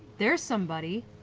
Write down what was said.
there's somebody.